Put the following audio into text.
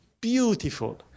Beautiful